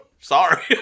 Sorry